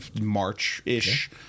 March-ish